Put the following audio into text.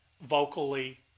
vocally